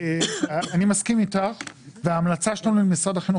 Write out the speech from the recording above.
אני מסכים איתך וההמלצה שלנו למשרד החינוך